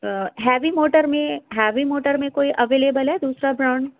سر heavy motor میں heavy motor میں کوئی اویلیبل ہے دوسرا برانڈ